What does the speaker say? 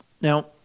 Now